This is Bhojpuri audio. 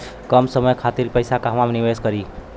कम समय खातिर के पैसा कहवा निवेश करि?